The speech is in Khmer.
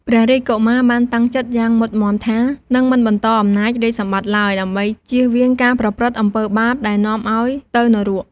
ព្រះរាជកុមារបានតាំងចិត្តយ៉ាងមុតមាំថា នឹងមិនបន្តអំណាចរាជសម្បត្តិឡើយ ដើម្បីចៀសវាងការប្រព្រឹត្តអំពើបាបដែលនាំឲ្យទៅនរក។